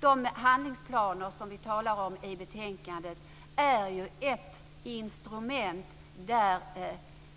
De handlingsplaner vi talar om i betänkandet är ett instrument som ger